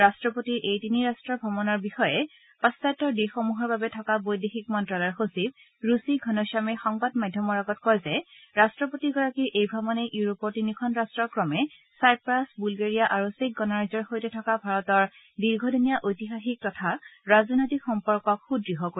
ৰাট্টপতিৰ এই তিনি ৰাট্ট ভ্ৰমণৰ বিষয়ে পাশ্চাত্যৰ দেশসমূহৰ বাবে থকা বৈদেশিক মন্ন্যালয়ৰ সচিব ৰুচি ঘনশ্যামে সংবাদ মাধ্যমৰ আগত কয় যে ৰাট্টপতিগৰাকীৰ এই ভ্ৰমণে ইউৰোপৰ তিনিখন ৰাট্ট ক্ৰমে ছাইপ্ৰাছ বুলগেৰিয়া আৰু চেক গণৰাজ্যৰ সৈতে থকা ভাৰতৰ দীৰ্ঘদিনীয়া ঐতিহাসিক তথা ৰাজনৈতিক সম্পৰ্কক সূদঢ় কৰিব